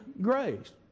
grace